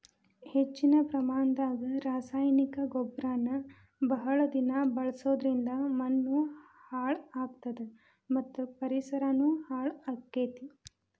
ಹೆಚ್ಚಿನ ಪ್ರಮಾಣದಾಗ ರಾಸಾಯನಿಕ ಗೊಬ್ಬರನ ಬಹಳ ದಿನ ಬಳಸೋದರಿಂದ ಮಣ್ಣೂ ಹಾಳ್ ಆಗ್ತದ ಮತ್ತ ಪರಿಸರನು ಹಾಳ್ ಆಗ್ತೇತಿ